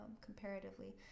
comparatively